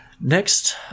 Next